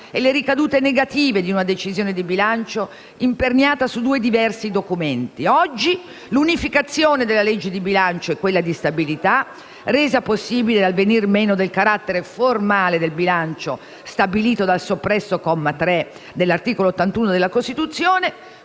e le ricadute negative di una decisione di bilancio imperniata su due diversi documenti. Oggi l'unificazione della legge di bilancio e quella di stabilità, resa possibile dal venir meno del carattere formale del bilancio stabilito dal soppresso comma 3 dell'articolo 81 della Costituzione,